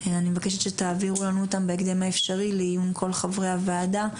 אני מבקשת שתעבירו לנו אותם בהקדם האפשרי לעיון כל חברי הוועדה,